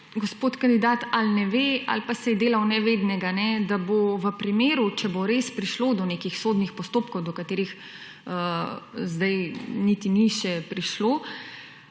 gospod kandidat ali ne ve ali pa se je delal nevednega, da bo v primeru, če bo res prišlo do nekih sodnih postopkov do katerih sedaj niti ni še prišlo,